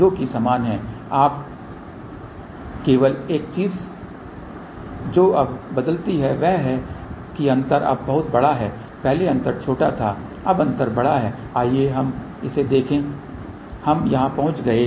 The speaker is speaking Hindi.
तो केवल एक चीज जो अब बदलती है वह है कि अंतर अब बहुत बड़ा है पहले अंतर छोटा था अब अंतर बड़ा है आइए हम इसे देखें हम यहां पहुंच गए